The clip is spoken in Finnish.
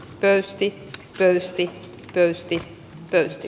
pöysti pöysti pöysti pöysti